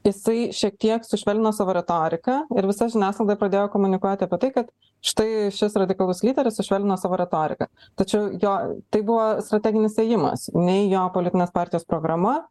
jisai šiek tiek sušvelnino savo retoriką ir visa žiniasklaida pradėjo komunikuoti apie tai kad štai šis radikalus lyderis sušvelnino savo retoriką tačiau jo tai buvo strateginis ėjimas nei jo politinės partijos programa